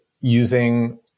using